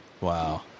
Wow